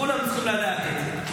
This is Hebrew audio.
כולם צריכים לדעת את זה.